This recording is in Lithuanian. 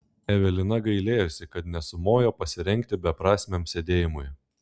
evelina gailėjosi kad nesumojo pasirengti beprasmiam sėdėjimui